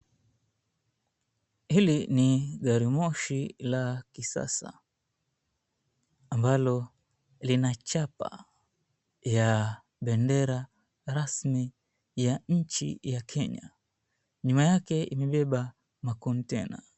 Hili ni gari moshi la kisasa ambalo lina chapa ya bendera rasmi ya nchi ya Kenya. Nyuma yake limebeba makontena.